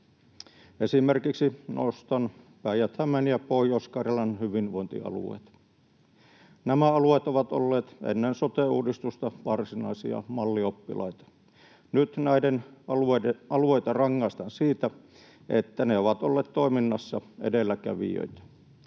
Esimerkiksi nostan Päijät-Hämeen ja Pohjois-Karjalan hyvinvointialueet. Nämä alueet ovat olleet ennen sote-uudistusta varsinaisia mallioppilaita. Nyt näitä alueita rangaistaan siitä, että ne ovat olleet toiminnassa edelläkävijöitä.